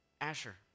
Asher